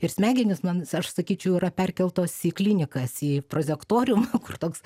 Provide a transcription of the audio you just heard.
ir smegenys man aš sakyčiau yra perkeltos į klinikas į prozektoriumą kur toks